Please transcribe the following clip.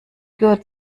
good